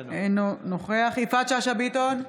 אינו נוכח יפעת שאשא ביטון,